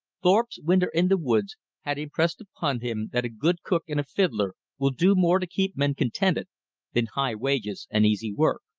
thorpe's winter in the woods had impressed upon him that a good cook and a fiddler will do more to keep men contented than high wages and easy work.